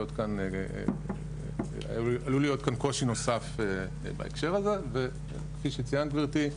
כאן קושי נוסף בהקשר הזה וכפי שציינת גברתי,